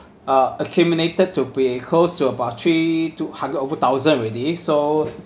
uh accumulated to be close to about three two hundred over thousand already so